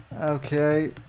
Okay